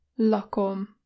lakom